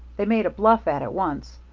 they made a bluff at it once.